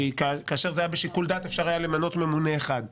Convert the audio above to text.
כשזה היה בשיקול דעת, אפשר היה למנות ממונה אחד.